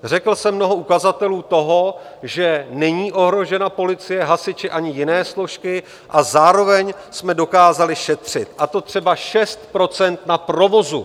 Řekl jsem mnoho ukazatelů toho, že není ohrožena policie, hasiči ani jiné složky a zároveň jsme dokázali šetřit, a to třeba 6 % na provozu.